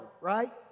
right